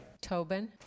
Tobin